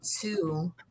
two